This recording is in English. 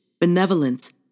benevolence